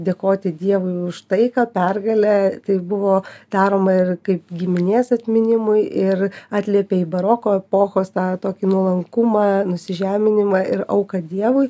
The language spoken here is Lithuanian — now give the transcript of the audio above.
dėkoti dievui už taiką pergalę tai buvo daroma ir kaip giminės atminimui ir atliepia į baroko epochos tą tokį nuolankumą nusižeminimą ir auką dievui